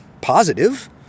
positive